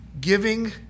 giving